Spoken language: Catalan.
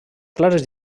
clares